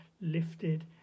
lifted